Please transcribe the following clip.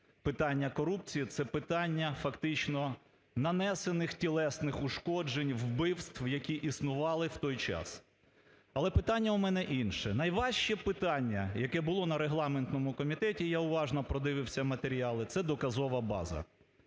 питання корупції, це питання фактично нанесених тілесних ушкоджень вбивств, які існували в той час. Але питання в мене інше найважче питання, яке було на регламентному комітеті (я уважно продивився матеріали) – це доказова база.